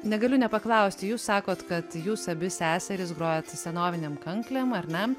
negaliu nepaklausti jūs sakot kad jūs abi seserys grojat senovinėm kanklėm ar ne